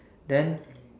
then